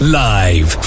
live